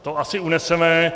To asi uneseme.